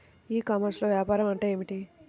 ఈ కామర్స్లో వ్యాపారం అంటే ఏమిటి?